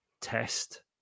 test